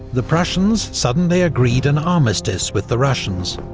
the prussians suddenly agreed an armistice with the russians,